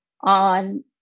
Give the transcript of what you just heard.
on